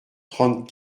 trente